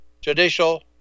judicial